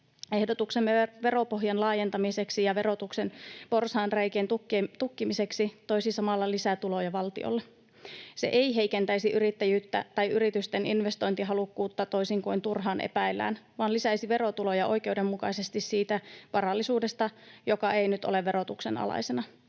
Ehdotuksemme veropohjan laajentamiseksi ja verotuksen porsaanreikien tukkimiseksi toisi samalla lisätuloja valtiolle. Se ei heikentäisi yrittäjyyttä tai yritysten investointihalukkuutta, toisin kuin turhaan epäillään, vaan lisäisi verotuloja oikeudenmukaisesti siitä varallisuudesta, joka ei nyt ole verotuksen alaisena.